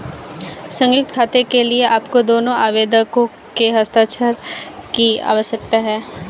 संयुक्त खाते के लिए आपको दोनों आवेदकों के हस्ताक्षर की आवश्यकता है